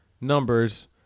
numbers